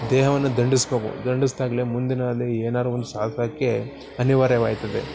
ದೇಹವನ್ನು ದಂಡಿಸಬೇಕು ದಂಡಿಸಿದಾಗ್ಲೆ ಮುಂದಿನ ದಿನಗಳಲ್ಲಿ ಏನಾದ್ರೂ ಒಂದು ಸಾಧ್ಸೋಕ್ಕೆ ಅನಿವಾರ್ಯವಾಗ್ತದೆ